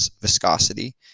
viscosity